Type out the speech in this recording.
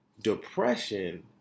Depression